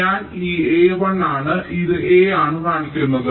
ഞാൻ ഈ A 1 ആണ് ഇത് A ആണ് കാണിക്കുന്നത്